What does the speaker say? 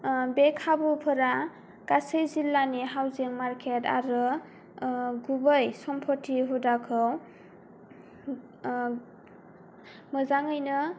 बे खाबुफोरा गासै जिलानि हाउजिं मार्केट आरो गुबै सम्पथि हुदाखौ मोजाङैनो